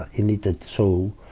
ah you need to so,